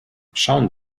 schauen